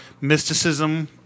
mysticism